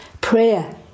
prayer